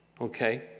okay